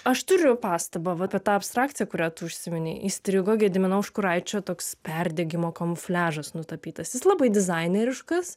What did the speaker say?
aš turiu pastabą vat apie tą abstrakciją kurią tu užsiminei įstrigo gedimino užkuraičio toks perdegimo kamufliažas nutapytas jis labai dizaineriškas